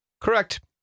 Correct